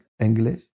English